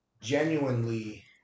genuinely